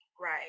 right